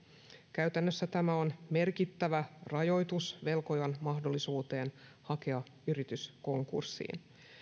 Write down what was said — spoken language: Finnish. käytännössä tämä on merkittävä rajoitus velkojan mahdollisuuteen hakea yritys konkurssiin